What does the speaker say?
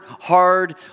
hard